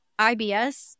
IBS